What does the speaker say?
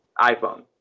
iPhone